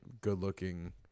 good-looking